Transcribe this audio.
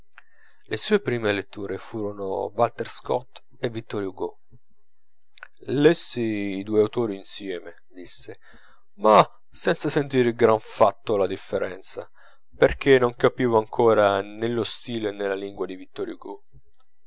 le sue prime letture furono walter scott e vittor hugo lessi i due autori insieme disse ma senza sentir gran fatto la differenza perchè non capivo ancora nè lo stile nè la lingua di vittor